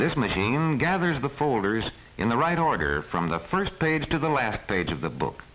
this machine gathers the folders in the right order from the first page to the last page of the book